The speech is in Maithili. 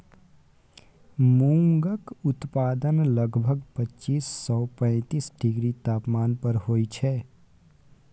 मूंगक उत्पादन लगभग पच्चीस सँ पैतीस डिग्री तापमान पर होइत छै